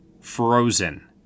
*Frozen*